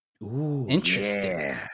interesting